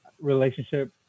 relationship